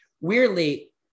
Weirdly